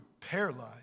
paralyzed